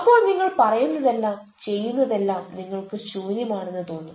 അപ്പോൾ നിങ്ങൾ പറയുന്നതെല്ലാം ചെയ്യുന്നതെല്ലാം നിങ്ങൾക്ക് ശൂന്യമാണെന്ന് തോന്നും